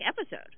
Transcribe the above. episode